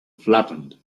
flattened